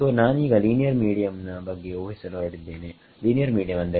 so ನಾನೀಗ linear medium ನ ಬಗ್ಗೆ ಊಹಿಸಲು ಹೊರಟಿದ್ದೇನೆ ಲೀನಿಯರ್ ಮೀಡಿಯಂ ಅಂದರೆ